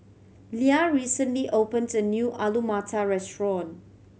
Lia recently opened a new Alu Matar Restaurant